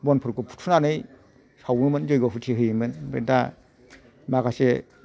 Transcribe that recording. बनफोरखौ फुथुनानै सावोमोन जयग बुथि होयोमोन दा माखासे